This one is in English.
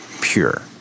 pure